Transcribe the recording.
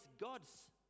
God's